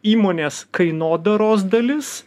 įmonės kainodaros dalis